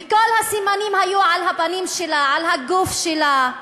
וכל הסימנים היו על הפנים שלה, על הגוף שלה.